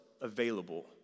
available